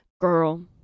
girl